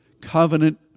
covenant